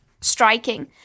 striking